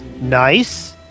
Nice